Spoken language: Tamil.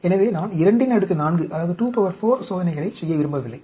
எனவே நான் 24 சோதனைகளை செய்ய விரும்பவில்லை